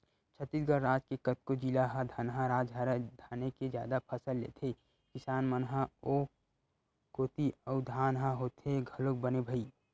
छत्तीसगढ़ राज के कतको जिला ह धनहा राज हरय धाने के जादा फसल लेथे किसान मन ह ओ कोती अउ धान ह होथे घलोक बने भई